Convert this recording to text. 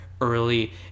early